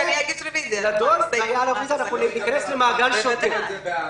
ניכנס למעגל ככה.